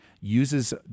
uses